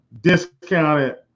discounted